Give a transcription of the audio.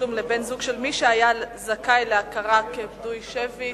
תשלום לבן-זוג של מי שהיה זכאי להכרה כפדוי שבי),